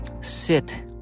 sit